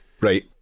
Right